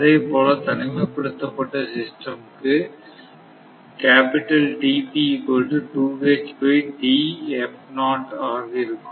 அதேபோல தனிமைப்படுத்தப்பட்ட சிஸ்டம் க்கு ஆக இருக்கும்